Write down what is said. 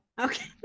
Okay